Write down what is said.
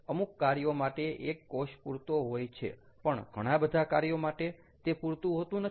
અમુક કાર્યો માટે એક કોષ પુરતો હોય છે પણ ઘણા બધા કાર્યો માટે તે પૂરતું હોતું નથી